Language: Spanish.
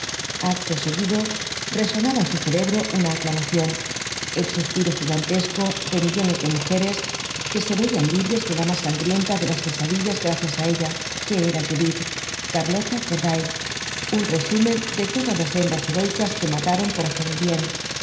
acto seguido resonaba en su cerebro una aclamación el suspiro gigantesco de millones de mujeres que se veían libres de la más sangrienta de las pesadillas gracias á ella que era judit carlota corday un resumen de todas las hembras heroicas que mataron por hacer el bien